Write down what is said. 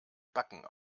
backen